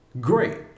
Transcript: Great